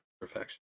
perfection